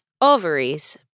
ovaries